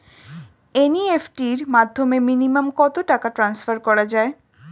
NEFT র মাধ্যমে minimum কত টাকা ট্রান্সফার করা যায়?